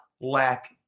lack